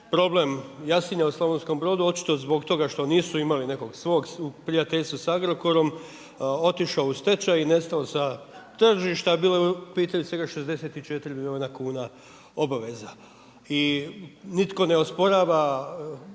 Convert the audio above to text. problem Jasinja u Slavonskom Brodu očito zbog toga što nisu imali nekog svog prijateljstva sa Agrokorom, otišao u stečaj, nestao sa tržišta. Bilo je u pitanju svega 64 milijuna kuna obaveza. I nitko ne osporava